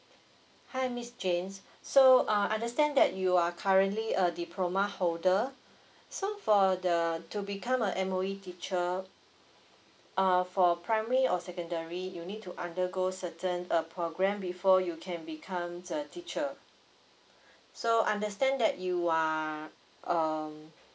hi miss janes so uh understand that you are currently a diploma holder so for the to become a M_O_E teacher uh for primary or secondary you need to undergo certain uh program before you can become the teacher so understand that you are um